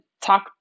talk